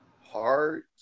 heart